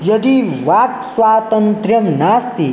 यदि वाक्स्वातन्त्र्यं नास्ति